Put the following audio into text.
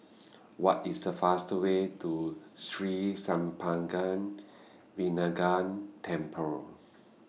What IS The fast Way to Sri Senpaga Vinayagar Temple